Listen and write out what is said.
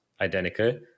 identical